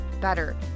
better